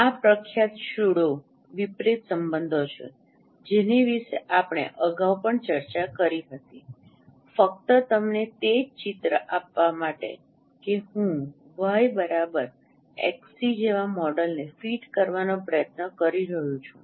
આ પ્રખ્યાત સ્યુડો વિપરિત સંબંધો છે જેની વિશે આપણે અગાઉ પણ ચર્ચા કરી હતી ફક્ત તમને તે જ ચિત્ર આપવા માટે કે હું વાય એક્સસી YXC જેવા મોડેલને ફીટ કરવાનો પ્રયત્ન કરી રહ્યો છું